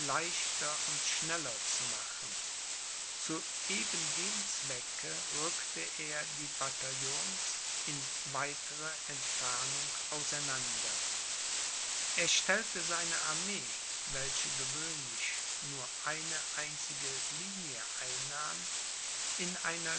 und schneller zu machen zu eben dem zwecke rückte er die bataillons in weitere entfernungen aus einander er stellte seine armee welche gewöhnlich nur eine einzige linie einnahm in einer